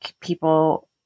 people